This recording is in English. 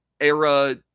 era